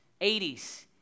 80s